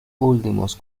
últimos